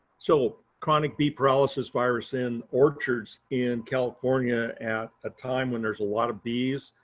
so chronic bee paralysis virus in orchards in california, at a time when there's a lot of bees.